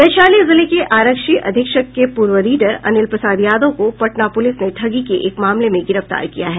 वैशाली जिले के आरक्षी अधीक्षक के पूर्व रीडर अनिल प्रसाद यादव को पटना पुलिस ने ठगी के एक मामले में गिरफ्तार किया है